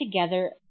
together